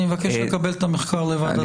אני מבקש לקבל את המחקר לוועדת חוקה.